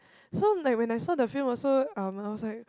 so like when I saw the film also um I was like